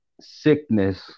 sickness